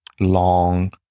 long